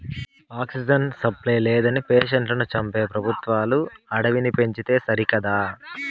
oxygen supply లేదని పేషెంట్లను చంపే పెబుత్వాలు అడవిని పెంచితే సరికదా